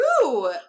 true